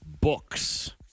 Books